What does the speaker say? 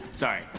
sorry.